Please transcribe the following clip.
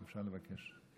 אפשר לבקש?